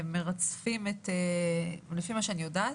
לפי מה שאני יודעת,